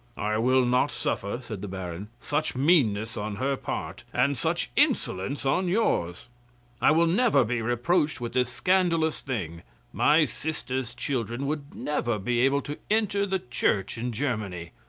i will not suffer, said the baron, such meanness on her part, and such insolence on yours i will never be reproached with this scandalous thing my sister's children would never be able to enter the church in germany.